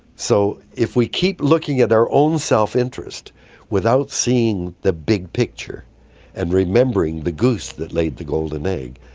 so if we keep looking at our own self-interest without seeing the big picture and remembering the goose that laid the golden egg,